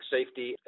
Safety